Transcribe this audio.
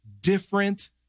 different